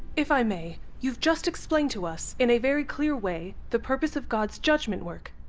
if i may, you've just explained to us in a very clear way the purpose of god's judgment work.